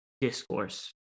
discourse